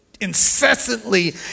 incessantly